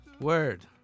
Word